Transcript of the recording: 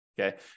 Okay